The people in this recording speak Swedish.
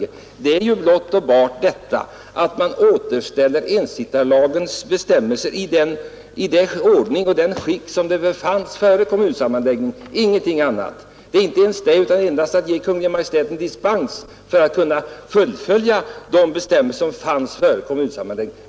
Det gäller ju ingenting annat än att återställa ensittarlagens bestämmelser i det skick de hade före kommunsammanläggningen — ja, inte ens det, utan bara att ge Kungl. Maj:t dispensmöjligheter att följa upp de bestämmelser som gällde före kommunsammanläggningen.